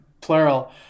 plural